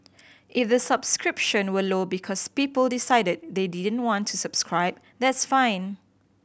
if the subscription were low because people decided they didn't want to subscribe that's fine